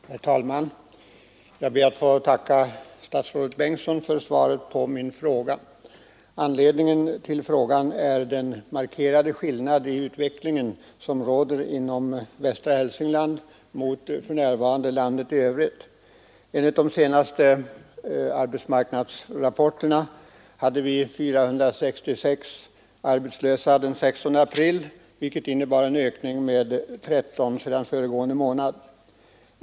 Herr talman! Jag ber att få tacka statsrådet Bengtsson för svaret på min fråga. Anledningen till frågan är den markerade skillnaden i utvecklingen inom västra Hälsingland jämfört med landet i övrigt. Enligt de senaste arbetsmarknadsrapporterna hade vi 466 arbetslösa den 16 april, vilket innebar en ökning med 13 sedan föregående månad.